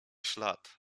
ślad